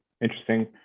interesting